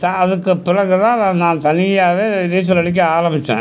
ச அதுக்கு பிறகு தான் நான் தனியாகவே நீச்சல் அடிக்க ஆரம்பித்தேன்